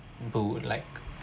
boot like